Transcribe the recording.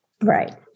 Right